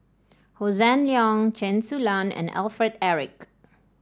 Hossan Leong Chen Su Lan and Alfred Eric